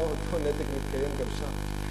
אותו נתק מתקיים גם שם.